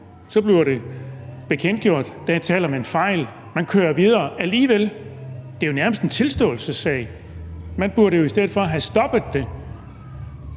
Så bliver det bekendtgjort, at der er tale om en fejl – man kører videre alligevel. Det er jo nærmest en tilståelsessag. Man burde jo i stedet for have stoppet det.